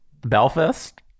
Belfast